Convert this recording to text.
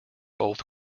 both